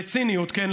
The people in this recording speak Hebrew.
בציניות, כן?